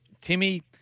Timmy